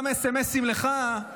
גם סמ"סים לך,